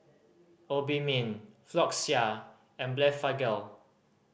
Obimin Floxia and Blephagel